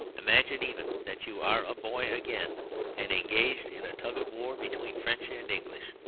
imagine even that you are a boy again and engaged in a tug-of-war between french and english.